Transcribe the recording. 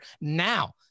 now